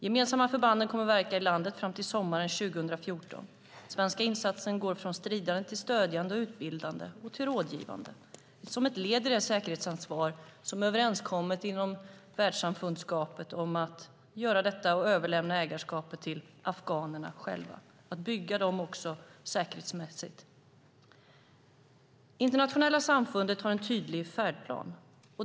De gemensamma förbanden kommer att verka i landet fram till sommaren 2014. Den svenska insatsen går från stridande till stödjande, utbildande och rådgivande som ett led i det säkerhetsansvar som man har kommit överens om inom världssamfundet att ta och överlämna ägarskapet av säkerhetsansvaret i landet till afghanerna själva. Internationella samfundet har en tydlig färdplan.